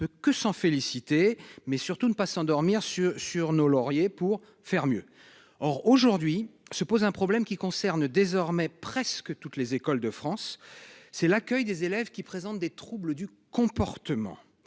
que s'en féliciter, mais surtout ne pas s'endormir sur sur nos lauriers pour faire mieux. Or, aujourd'hui, se pose un problème qui concerne désormais presque toutes les écoles de France, c'est l'accueil des élèves qui présentent des troubles du comportement